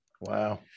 Wow